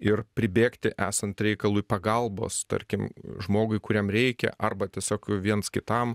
ir pribėgti esant reikalui pagalbos tarkim žmogui kuriam reikia arba tiesiog viens kitam